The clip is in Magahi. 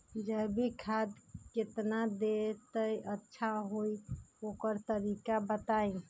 जैविक खाद केतना देब त अच्छा होइ ओकर तरीका बताई?